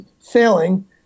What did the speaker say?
failing